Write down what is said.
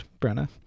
brenna